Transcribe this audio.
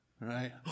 right